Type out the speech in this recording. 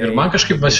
ir man kažkaip vat